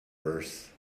verse